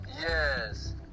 Yes